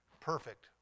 Perfect